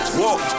walk